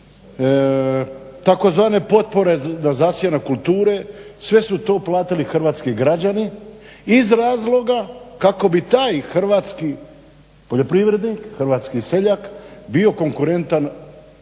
tzv. potpore … kulture sve su to platili hrvatski građani iz razloga kako bi taj hrvatski poljoprivrednik, hrvatski seljak bio konkurentan